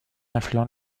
affluent